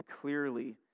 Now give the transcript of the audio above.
clearly